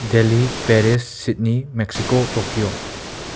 daily Paris ꯁꯤꯠꯅꯤ Mexico Tokyo